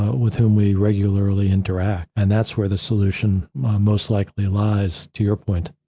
with whom we regularly interact. and that's where the solution most likely lies, to your point.